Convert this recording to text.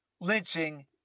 lynching